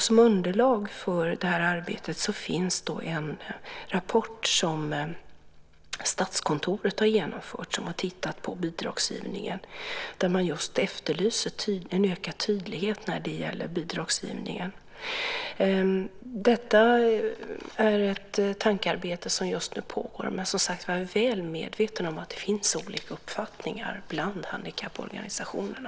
Som underlag för arbetet finns en rapport som Statskontoret har genomfört. Man har tittat på bidragsgivningen och efterlyser en ökad tydlighet. Detta är alltså ett tankearbete som just nu pågår. Men jag är som sagt väl medveten om att det finns olika uppfattningar bland handikapporganisationerna.